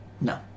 No